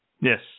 Yes